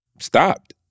stopped